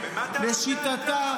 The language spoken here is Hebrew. --- לשיטתה,